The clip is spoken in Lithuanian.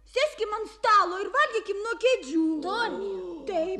sėskime ant stalo ir valgykime nuo kėdžių